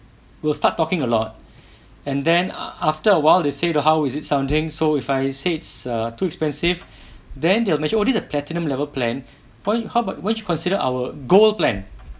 will start talking a lot and then after awhile they say how is it sounding so if I say it's uh too expensive then they will mentioned only the platinum level plan why how about why don't you consider our gold plan